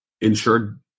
insured